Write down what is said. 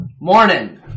Morning